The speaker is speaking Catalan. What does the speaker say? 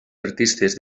artistes